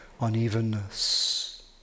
unevenness